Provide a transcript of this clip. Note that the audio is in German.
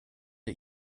der